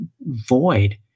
void